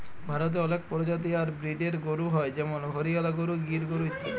ভারতে অলেক পরজাতি আর ব্রিডের গরু হ্য় যেমল হরিয়ালা গরু, গির গরু ইত্যাদি